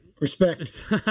Respect